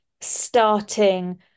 starting